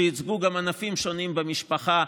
שייצגו גם ענפים שונים במשפחה,